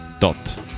Dot